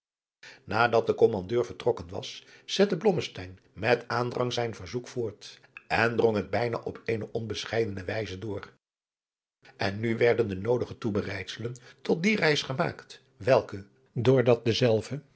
nadat de kommandeur vertrokken was zette blommesteyn met aandrang zijn verzoek voort en drong het bijna op eene onbescheidene wijze door en nu werden de noodige toebereidselen tot die reis gemaakt welke door dat dezelve